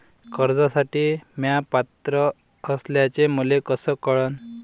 कर्जसाठी म्या पात्र असल्याचे मले कस कळन?